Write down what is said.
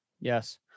Yes